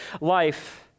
life